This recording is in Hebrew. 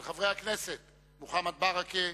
של חברי הכנסת מוחמד ברכה,